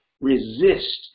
resist